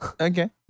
Okay